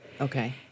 Okay